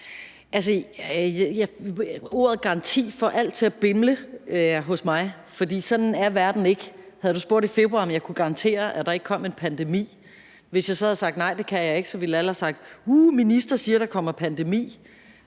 Ordet garanti får alt til at bimle hos mig, fordi sådan er verden ikke. Havde du spurgt i februar, om jeg kunne garantere, at der ikke kom en pandemi, og jeg så havde sagt, at nej, det kan jeg ikke, så ville alle have sagt: Uh, ministeren siger, at der kommer pandemi.